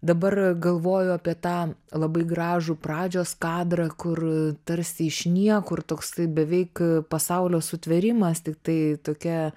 dabar galvoju apie tą labai gražų pradžios kadrą kur tarsi iš niekur toksai beveik pasaulio sutvėrimas tiktai tokia